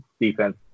defense